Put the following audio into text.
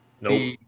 No